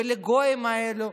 ולגויים האלה,